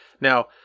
Now